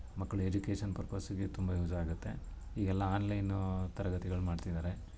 ಮಕ್ಕಳು ಎಜುಕೇಶನ್ ಪರ್ಪಸಿಗೆ ತುಂಬ ಯೂಸ್ ಆಗುತ್ತೆ ಈಗೆಲ್ಲ ಆನ್ಲೈನು ತರಗತಿಗಳು ಮಾಡ್ತಿದ್ದಾರೆ